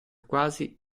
quasi